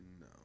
No